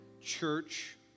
church